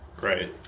right